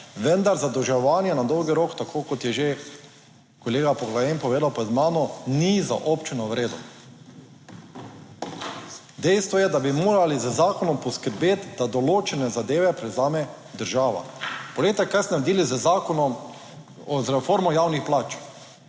vendar zadolževanje na dolgi rok, tako kot je že kolega Poglajen povedal pred mano, ni za občino v redu. Dejstvo je, da bi morali z zakonom poskrbeti, da določene zadeve prevzame država. Poglejte, kaj ste naredili z zakonom, z reformo javnih plač?